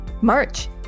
March